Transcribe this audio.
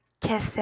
kiss